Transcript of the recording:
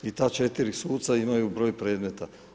I ta 4 suca imaju broj predmeta.